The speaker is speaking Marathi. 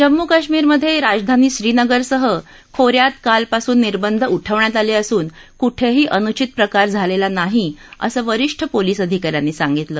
जम्मू कश्मीरमधे राजधानी श्रीनगरसह खोऱ्यात कालपासून निर्बंध उठवण्यात आले असून कुठेही अनुषित प्रकार झालेला नाही असं वरिष्ठ पोलीस अधिकाऱ्यांनी सांगितलं